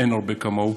אין הרבה כמוהו.